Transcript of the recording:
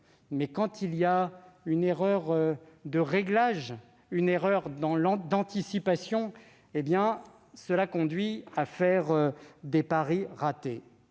mais quand il y a une erreur de réglage, une erreur d'anticipation, cela conduit à des paris ratés.